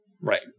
Right